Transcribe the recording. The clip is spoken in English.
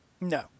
No